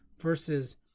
versus